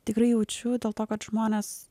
tikrai jaučiu dėl to kad žmonės